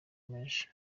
menshi